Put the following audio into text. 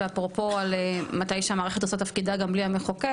ואפרופו על מתי שהמערכת עושה תפקידה גם בלי המחוקק,